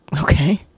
Okay